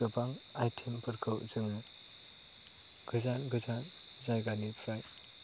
गोबां आयटेमफोरखौ जोङो गोजान गोजान जायगानिफ्राय